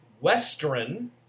western